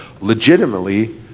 legitimately